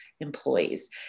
employees